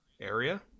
area